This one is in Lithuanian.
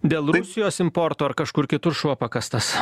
dėl rusijos importo ar kažkur kitur šuo pakastas